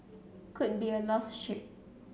could be a lost sheep